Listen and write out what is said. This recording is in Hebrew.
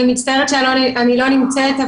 אני מצטערת שאני לא נמצאת,